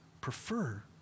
prefer